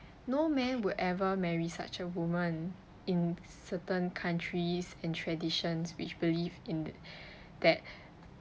no man would ever marry such a woman in certain countries and traditions which believe in the that